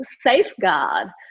safeguard